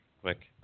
quick